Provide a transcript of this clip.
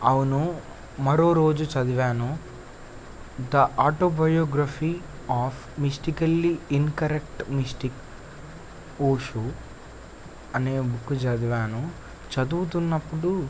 అవును మరో రోజు చదివాను the autobiography of mystically incorrect mystic Osho అనే బుక్ చదివాను చదువుతున్నప్పుడు